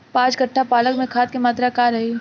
पाँच कट्ठा पालक में खाद के मात्रा का रही?